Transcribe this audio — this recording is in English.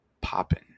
popping